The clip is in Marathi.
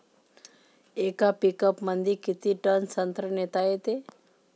येका पिकअपमंदी किती टन संत्रा नेता येते?